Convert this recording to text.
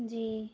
جی